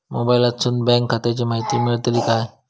मोबाईलातसून बँक खात्याची माहिती मेळतली काय?